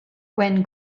when